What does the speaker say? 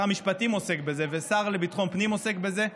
המשפטים עוסק בזה והשר לביטחון הפנים עוסק בזה.